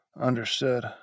Understood